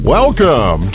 Welcome